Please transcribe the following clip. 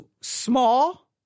small